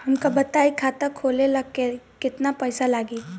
हमका बताई खाता खोले ला केतना पईसा लागी?